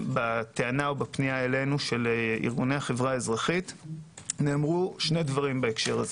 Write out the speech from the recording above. בפנייה אלינו של ארגוני החברה האזרחית נאמרו שני דברים בנושא: